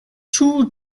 too